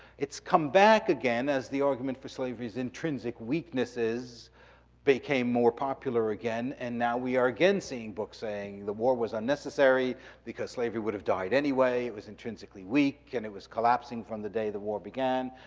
it's come back again as the argument for slavery's intrinsic weaknesses became more popular again, again, and now we are again seeing books saying the war was unnecessary because slavery would have died anyway. it was intrinsically weak and it was collapsing from the day the war began.